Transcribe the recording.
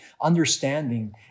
understanding